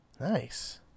Nice